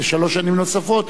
לשלוש שנים נוספות.